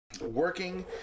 Working